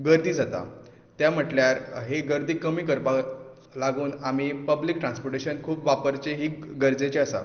गर्दी जाता ते म्हणल्यार ही गर्दी कमी करपा लागून आमी पब्लीक ट्रांसपोर्टेशन खूब वापरचें ही गरजेचें आसा